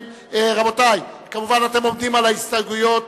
אתם עומדים על ההסתייגויות,